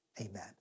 amen